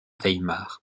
weimar